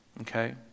Okay